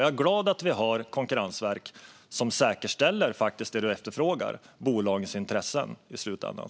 Jag är glad att vi har Konkurrensverket som i slutändan säkerställer det som efterfrågas, nämligen bolagens intressen.